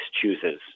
chooses